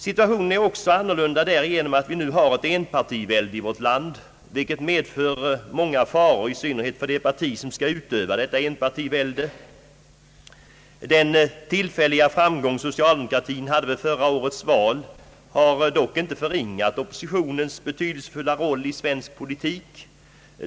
Situationen är också annorlunda därigenom att vi nu har ett enpartivälde i vårt land, vilket medför många faror, i synnerhet för det parti som skall utöva detta enpartivälde. Den tillfälliga framgång socialdemokratin hade vid förra årets val har dock inte förringat oppositionens betydelsefulla roll i svensk politik.